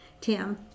Tim